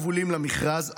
כבולים למכרז,